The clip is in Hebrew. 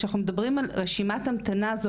כשאנחנו מדברים על רשימת המתנה זאת